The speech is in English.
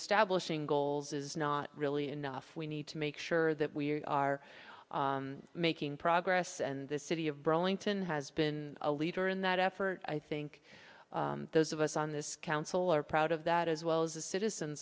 establishing goals is not really enough we need to make sure that we are making progress and the city of brawling tin has been a leader in that effort i think those of us on this council are proud of that as well as the citizens